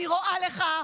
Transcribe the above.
אני רואה לך,